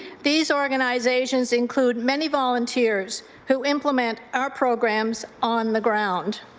these organizations include many volunteers who implement our programs on the ground.